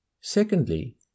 Secondly